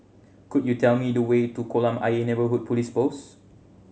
could you tell me the way to Kolam Ayer Neighbourhood Police Post